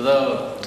תודה רבה.